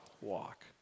Walk